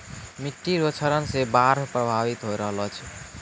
मिट्टी रो क्षरण से बाढ़ प्रभावित होय रहलो छै